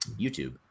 youtube